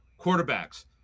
quarterbacks